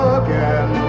again